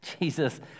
Jesus